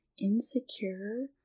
Insecure